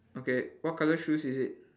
okay what colour shoes is it